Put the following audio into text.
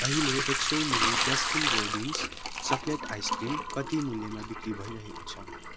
अहिले एक सौ मिली बास्किन रोबिन्स चकलेट आइसक्रिम कति मूल्यमा बिक्री भइरहेको छ